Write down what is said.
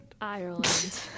Ireland